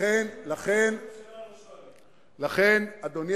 ראש הממשלה הראשון, אדוני